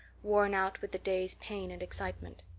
worn out with the day's pain and excitement.